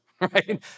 right